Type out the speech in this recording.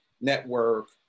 network